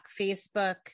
Facebook